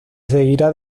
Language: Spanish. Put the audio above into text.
seguirá